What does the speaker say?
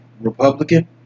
Republican